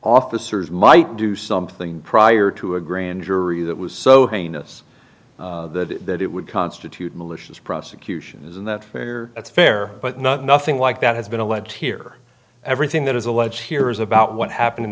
officers might do something prior to a grand jury that was so heinous that it would constitute malicious prosecution isn't that fair that's fair but not nothing like that has been alleged here everything that is allege here is about what happened in